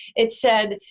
it said,